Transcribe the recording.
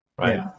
right